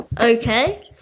Okay